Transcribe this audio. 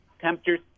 temperatures